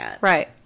Right